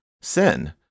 sin